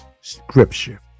scripture